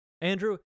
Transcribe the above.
Andrew